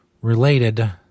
Related